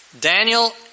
Daniel